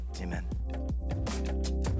amen